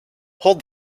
hold